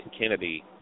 Kennedy